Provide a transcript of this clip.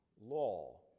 law